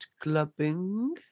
clubbing